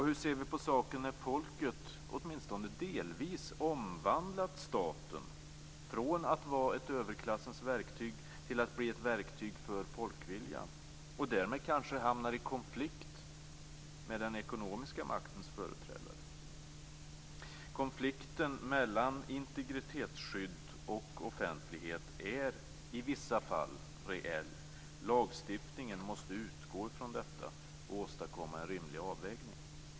Hur ser vi på saken när folket, åtminstone delvis, omvandlat staten från att vara ett överklassens verktyg till att bli ett verktyg för folkviljan och därmed kanske hamnar i konflikt med den ekonomiska maktens företrädare? Konflikten mellan integritetsskydd och offentlighet är i vissa fall reell. Lagstiftningen måste utgå från detta och åstadkomma en rimlig avvägning.